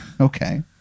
Okay